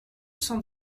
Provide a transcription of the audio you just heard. cent